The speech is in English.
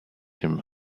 him